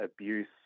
abuse